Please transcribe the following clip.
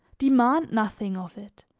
demand nothing of it,